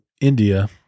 India